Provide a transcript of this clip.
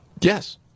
Yes